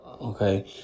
Okay